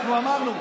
אמרנו,